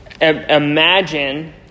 Imagine